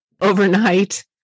overnight